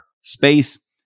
space